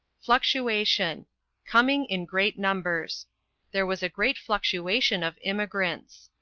fluctuation coming in great numbers there was a great fluctuation of immigrants.